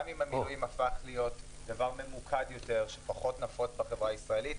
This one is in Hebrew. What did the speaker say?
גם אם מילואים הפכו להיות דבר ממוקד יותר שפחות נפוץ בחברה הישראלית